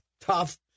tough